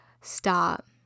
Stop